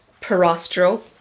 Perostro